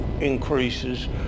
increases